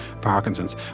Parkinson's